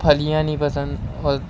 پھلیاں نہیں پسند اور